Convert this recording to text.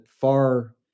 far